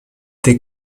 the